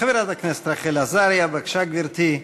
חברת הכנסת רחל עזריה, בבקשה, גברתי.